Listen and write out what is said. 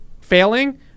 failing